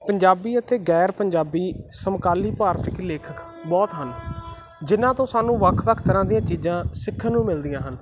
ਪੰਜਾਬੀ ਅਤੇ ਗੈਰ ਪੰਜਾਬੀ ਸਮਕਾਲੀ ਭਾਰਤੀ ਲੇਖਕ ਬਹੁਤ ਹਨ ਜਿਹਨਾਂ ਤੋਂ ਸਾਨੂੰ ਵੱਖ ਵੱਖ ਤਰ੍ਹਾਂ ਦੀਆਂ ਚੀਜ਼ਾਂ ਸਿੱਖਣ ਨੂੰ ਮਿਲਦੀਆਂ ਹਨ